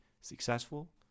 successful